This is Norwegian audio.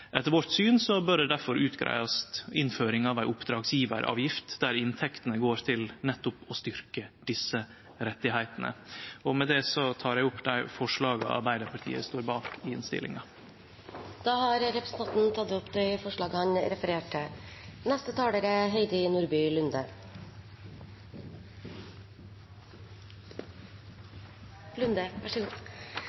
Etter vårt syn bør det difor utgreiast ei innføring av ei oppdragsgivaravgift der inntektene går til nettopp å styrkje desse rettane. Med det tek eg opp dei forslaga Arbeidarpartiet står bak i innstillinga. Representanten Fredric Holen Bjørdal har tatt opp de forslagene han refererte til. Det vi behandler i dag, er